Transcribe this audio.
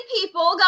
people